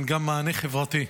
הן גם מענה חברתי.